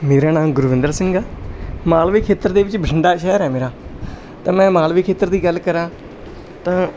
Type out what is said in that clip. ਮੇਰਾ ਨਾਮ ਗੁਰਵਿੰਦਰ ਸਿੰਘ ਆ ਮਾਲਵੇ ਖੇਤਰ ਦੇ ਵਿੱਚ ਬਠਿੰਡਾ ਸ਼ਹਿਰ ਹੈ ਮੇਰਾ ਤਾਂ ਮੈਂ ਮਾਲਵੇ ਖੇਤਰ ਦੀ ਗੱਲ ਕਰਾਂ ਤਾਂ